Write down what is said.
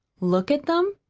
look at them?